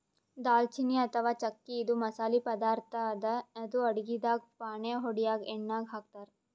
ದಾಲ್ಚಿನ್ನಿ ಅಥವಾ ಚಕ್ಕಿ ಇದು ಮಸಾಲಿ ಪದಾರ್ಥ್ ಅದಾ ಇದು ಅಡಗಿದಾಗ್ ಫಾಣೆ ಹೊಡ್ಯಾಗ್ ಎಣ್ಯಾಗ್ ಹಾಕ್ತಾರ್